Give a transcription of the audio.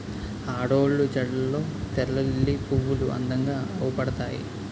ఆడోళ్ళు జడల్లో తెల్లలిల్లి పువ్వులు అందంగా అవుపడతాయి